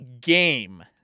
game